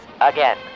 again